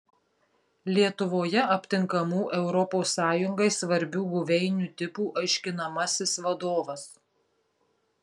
lietuvoje aptinkamų europos sąjungai svarbių buveinių tipų aiškinamasis vadovas